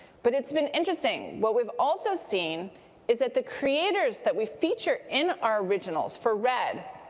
but it's been interesting what we've also seen is that the creators that we feature in our originals for red,